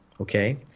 okay